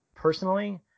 Personally